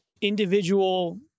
individual